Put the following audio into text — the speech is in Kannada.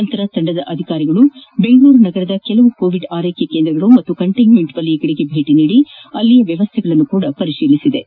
ನಂತರ ತಂಡದ ಅಧಿಕಾರಿಗಳು ಬೆಂಗಳೂರು ನಗರದ ಕೆಲವು ಕೋವಿಡ್ ಆರೈಕೆ ಕೇಂದ್ರಗಳು ಹಾಗೂ ಕಂಟೈನ್ಮೆಂಟ್ ವಲಯಗಳಿಗೆ ಭೇಟಿ ನೀಡಿ ಅಲ್ಲಿಯ ವ್ಯವಸ್ಥೆಗಳನ್ನು ಸಹ ಪರಿಶೀಲಿಸಿತು